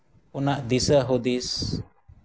ᱩᱱᱟᱹᱜ ᱫᱤᱥᱟᱹ ᱦᱩᱫᱤᱥ